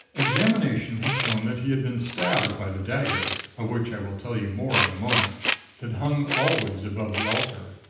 examination had shown that he had been stabbed by the dagger of which i will tell you more in a moment that hung always above the altar.